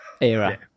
era